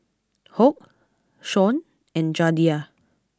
Hoyt Shawn and Jadiel